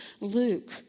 Luke